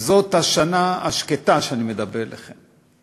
וזאת השנה השקטה שאני מדבר אליכם עליה.